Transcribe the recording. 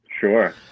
Sure